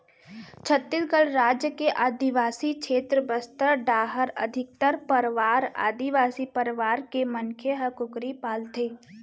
छत्तीसगढ़ राज के आदिवासी छेत्र बस्तर डाहर अधिकतर परवार आदिवासी परवार के मनखे ह कुकरी पालथें